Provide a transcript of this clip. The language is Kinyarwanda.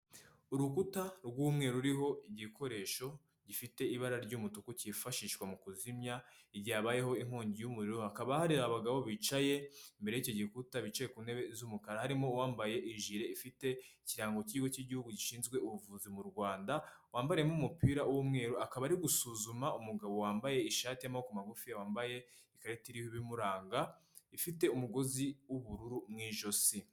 Urukuta rw'umweru ruriho igikoresho gifite ibara ry'umutuku cyifashishwa mu kuzimya igihe habayeho inkongi y'umuriro. Hakaba hari abagabo bicaye imbere yicyo gikuta bicaye ku ntebe z'umukara harimo uwambaye ijire ifite ikirango k'ikigo cy'igihugu gishinzwe ubuvuzi mu Rwanda wambariyemo umupira w'umweru akaba ari gusuzuma umugabo wambaye ishati y'amaboko magufi ,wambaye ikaritimuranga ifite umugozi w'ubururu mu ijosi.